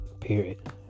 period